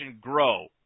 grow